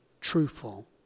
truthful